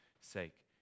sake